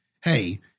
Hey